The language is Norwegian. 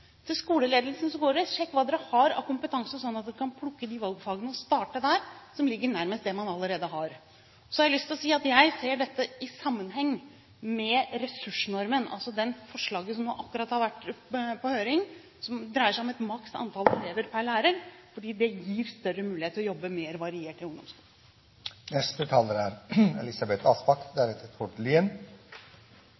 Til skoleledelsen: Sjekk hva dere har av kompetanse, sånn at dere kan plukke de valgfagene og starte ut fra det som ligger nærmest det man allerede har. Så har jeg lyst til å si at jeg ser dette i sammenheng med ressursnormen, altså det forslaget som nå akkurat har vært på høring som dreier seg om et maks antall elever per lærer, fordi det gir større mulighet til å jobbe mer variert i ungdomsskolen. Elisabeth